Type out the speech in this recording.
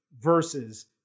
versus